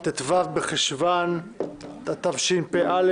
ט"ו בחשוון התשפ"א,